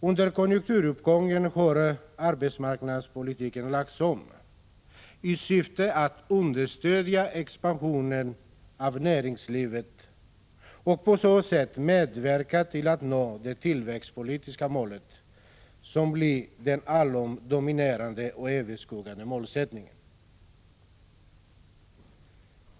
Under konjunkturuppgången har arbetsmarknadspolitiken lagts om i syfte att expansionen av näringslivet skall understödjas och på så sätt medverka till att det tillväxtpolitiska målet nås, vilket blir den allom dominerande och överskuggande målsättningen.